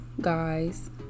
guys